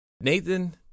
Nathan